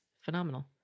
phenomenal